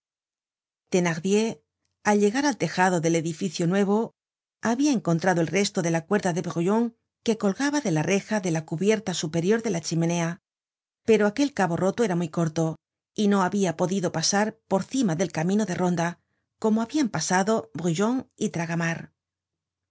thenardier al llegar al tejado del edificio nuevo habia encontrado el resto de la cuerdfde brujon que colgaba de la reja de la cubierta superior de la chimenea pero aquel cabo roto era muy corto y no habia podido pasar por cima del camino de ronda como habian pasado brujon y tragamar